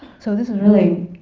so this is really,